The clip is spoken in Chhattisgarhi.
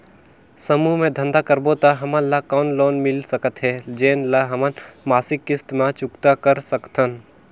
समूह मे धंधा करबो त हमन ल कौन लोन मिल सकत हे, जेन ल हमन मासिक किस्त मे चुकता कर सकथन?